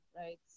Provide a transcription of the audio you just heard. right